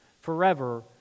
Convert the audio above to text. forever